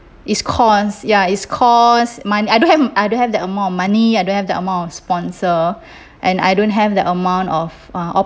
is cost ya it's cost mon~ I don't have I don't have that amount of money I don't have the amount of sponsor and I don't have that amount of uh